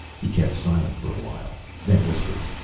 he kept silent for a while, then whispered,